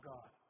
God